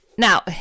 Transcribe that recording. Now